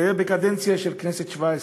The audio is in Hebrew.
זה היה בכנסת השבע-עשרה.